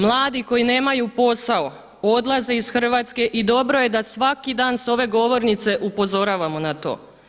Mladi koji nemaju posao odlaze iz Hrvatske i dobro je da svaki dan s ove govornice upozoravamo na to.